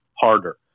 harder